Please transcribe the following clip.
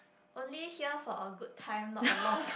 only here for a good time not a long time